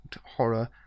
horror